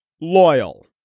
Loyal